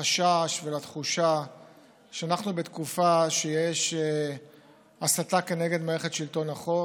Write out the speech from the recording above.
לחשש ולתחושה שאנחנו בתקופה שיש הסתה נגד מערכת שלטון החוק,